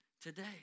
Today